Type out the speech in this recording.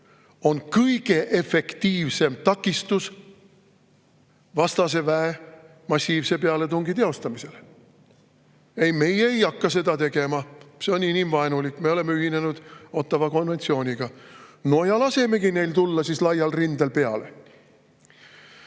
on kõige efektiivsem takistus vastase väe massiivse pealetungi [korral]. Ei, meie ei hakka seda tegema! See on inimvaenulik! Me oleme ühinenud Ottawa konventsiooniga. No lasemegi neil tulla laial rindel peale.